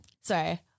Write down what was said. sorry